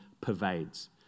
pervades